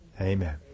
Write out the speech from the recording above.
Amen